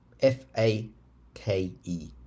F-A-K-E